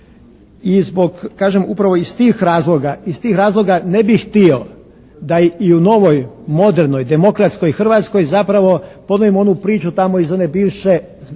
I zbog kažem upravo iz tih razloga ne bih htio da i u novoj modernoj, demokratskoj Hrvatskoj zapravo …/Govornik se ne razumije./… onu priču tamo iz one bivše, iz bivše